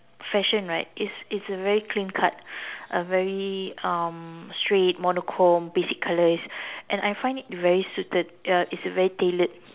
fashion right it's it's a very clean cut a very um straight monochrome basic colors and I find very suited uh it's very tailored